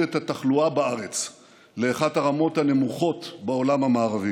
את התחלואה בארץ לאחת הרמות הנמוכות בעולם המערבי.